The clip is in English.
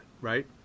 right